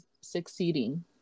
succeeding